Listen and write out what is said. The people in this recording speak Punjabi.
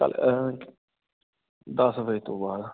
ਕੱਲ੍ਹ ਦਸ ਵਜੇ ਤੋਂ ਬਾਅਦ